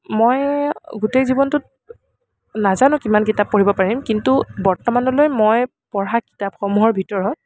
মই গোটেই জীৱনটোত নাজানো কিমান কিতাপ পঢ়িব পাৰিম কিন্তু বৰ্তমানলৈ মই পঢ়া কিতাপসমূহৰ ভিতৰত